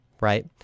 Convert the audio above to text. right